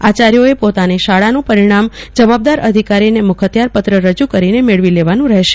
અાચાર્યોઅે પોતાની શાળાનું પરિણામ જવાબદાર અધિકારીને મુખત્યાર પત્ર રજુ કરીને મેળવી લેવાનું રહેશે